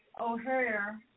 O'Hare